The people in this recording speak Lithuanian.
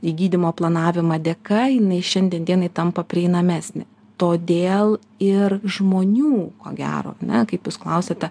į gydymo planavimą dėka jinai šiandien dienai tampa prieinamesnė todėl ir žmonių ko gero ar ne kaip jūs klausiate